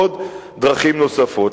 ובדרכים נוספות.